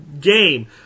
game